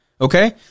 okay